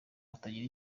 hatagira